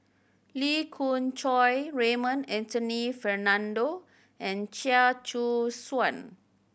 Lee Khoon Choy Raymond Anthony Fernando and Chia Choo Suan